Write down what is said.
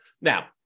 Now